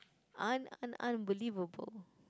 un~ un~ unbelievable